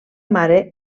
mare